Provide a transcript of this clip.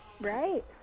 Right